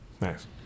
Nice